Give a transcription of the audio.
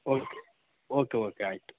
okay okay okay ಆಯಿತು